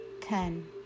ten